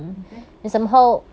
betul